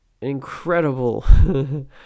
incredible